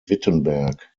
wittenberg